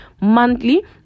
monthly